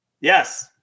Yes